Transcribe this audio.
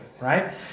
right